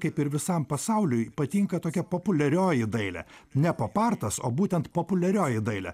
kaip ir visam pasauliui patinka tokia populiarioji dailė ne popartas o būtent populiarioji dailė